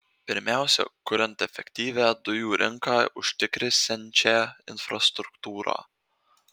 pirmiausia kuriant efektyvią dujų rinką užtikrinsiančią infrastruktūrą